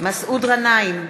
מסעוד גנאים,